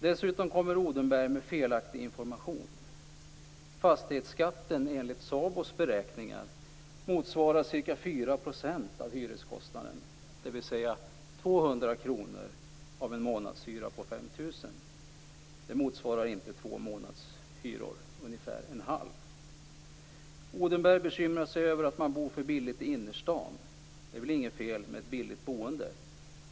Dessutom kommer Odenberg med felaktig information. Fastighetsskatten motsvarar enligt SABO:s beräkningar ca 4 % av hyreskostnaden, dvs. 200 kr av en månadshyra på 5 000. Det motsvarar inte två månadshyror utan ungefär en halv. Odenberg bekymrar sig över att man bor för billigt i innerstaden. Det är väl inget fel med ett billigt boende.